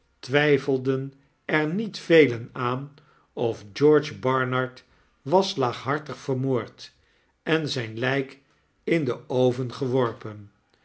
twyfelden er niet velen aan of george barnard was laaghartig vermoord en zyn lyk in den oven geworpen